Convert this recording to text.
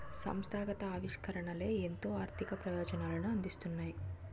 సంస్థాగత ఆవిష్కరణలే ఎంతో ఆర్థిక ప్రయోజనాలను అందిస్తున్నాయి